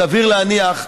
סביר להניח,